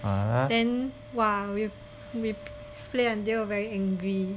then !wah! we we play untill very angry